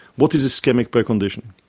what is ischemic preconditioning?